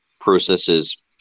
processes